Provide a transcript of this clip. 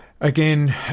Again